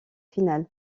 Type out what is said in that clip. finale